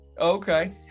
Okay